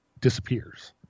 disappears